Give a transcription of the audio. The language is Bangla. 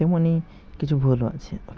তেমনই কিছু ভুল আছে